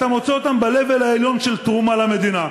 אתה מוצא אותם ב-level העליון של תרומה למדינה.